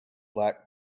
lack